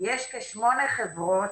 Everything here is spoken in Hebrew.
יש כשמונה חברות,